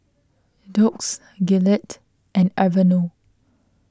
Doux Gillette and Aveeno